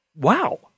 Wow